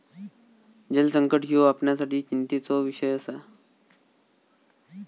जलसंकट ह्यो आपणासाठी चिंतेचो इषय आसा